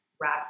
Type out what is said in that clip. wrap